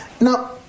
Now